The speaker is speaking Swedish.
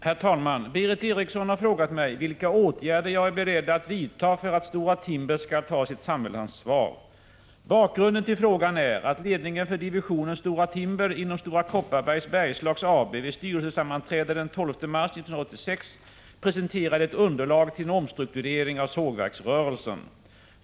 Herr talman! Berith Eriksson har frågat mig vilka åtgärder jag är beredd att vidta för att Stora Timber skall ta sitt samhällsansvar. Bakgrunden till frågan är att ledningen för divisionen Stora Timber inom Stora Kopparbergs Bergslags AB vid styrelsesammanträde den 12 mars 1986 presenterade ett underlag till en omstrukturering av sågverksrörelsen.